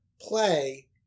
Play